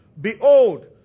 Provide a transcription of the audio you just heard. Behold